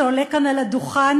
שעולה כאן על הדוכן,